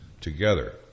together